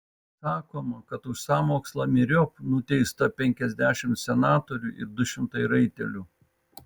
sakoma kad už sąmokslą myriop nuteista penkiasdešimt senatorių ir du šimtai raitelių